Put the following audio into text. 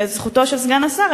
בזכותו של סגן השר,